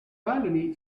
baloney